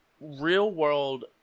real-world